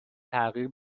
تغییر